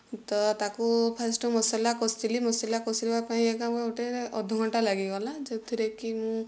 ତ ତାକୁ ଫାଷ୍ଟ୍ ମସଲା କଷିଲି ମସଲା କଷିବା ପାଇଁ ଏକା ମୋତେ ଅଧଘଣ୍ଟା ଲାଗିଗଲା ଯେଉଁଥିରେକି ମୁଁ